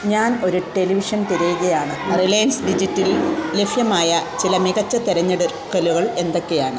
ഞാൻ ഒരു ടെലിവിഷൻ തിരയുകയാണ് റിലയൻസ് ഡിജിറ്റൽ ലഭ്യമായ ചില മികച്ച തെരഞ്ഞെടുക്കലുകൾ എന്തൊക്കെയാണ്